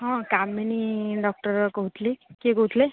ହଁ କାମିନୀ ଡକ୍ଟର କହୁଥିଲେ କି କିଏ କହୁଥିଲେ